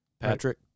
Patrick